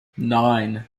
nine